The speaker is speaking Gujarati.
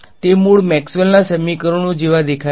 તે મૂળ મેક્સવેલના સમીકરણો જેવો દેખાય છે